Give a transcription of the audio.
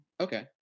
Okay